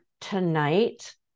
tonight